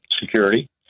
security